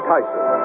Tyson